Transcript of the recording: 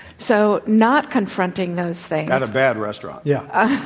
so not confronting those things at a bad restaurant. yeah.